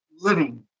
living